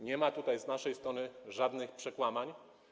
Nie ma tutaj z naszej strony żadnych przekłamań.